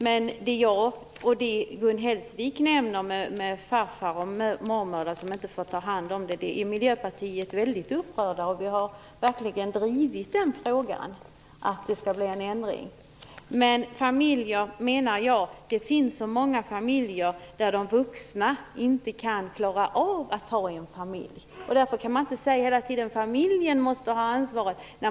Gun Hellsvik nämner att farfäder och mormödrar inte får ta hand om barnen. Det är vi i Miljöpartiet väldigt upprörda över. Vi har verkligen drivit den frågan för att det skall bli en ändring. Men det finns så många vuxna med familj som inte klarar av att ha familj. Därför kan man inte hela tiden säga att familjen måste ha ansvaret.